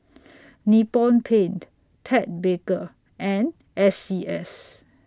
Nippon Paint Ted Baker and S C S